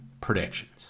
predictions